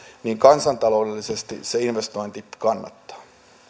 niin kansantaloudellisesti se investointi kannattaa